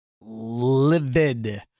livid